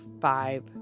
five